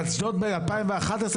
אשדוד ב-2011,